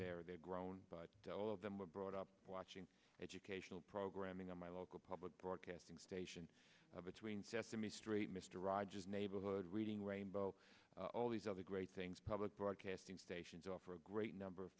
there they're grown all of them were brought up watching educational programming on my local public broadcasting stations between sesame street mr rogers neighborhood reading rainbow all these other great things public broadcasting stations offer a great number of